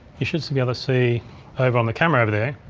you should so be able to see over on the camera there.